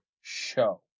show